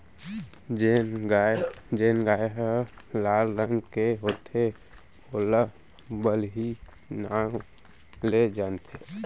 जेन गाय ह लाल रंग के होथे ओला बलही नांव ले जानथें